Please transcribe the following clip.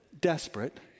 desperate